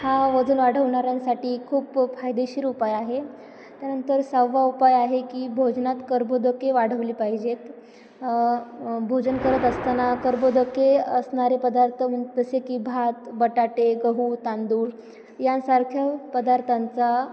हा वजन वाढवणाऱ्यांसाठी खूप फायदेशीर उपाय आहे त्यानंतर सहावा उपाय आहे की भोजनात कर्बोदके वाढवली पाहिजेत भोजन करत असताना कर्बोदके असणारे पदार्थ जसे की भात बटाटे गहू तांदूळ यांसारख्या पदार्थांचा